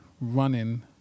running